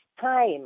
time